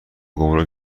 گمرک